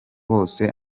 bose